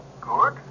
Good